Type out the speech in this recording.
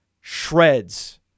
shreds